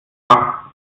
schach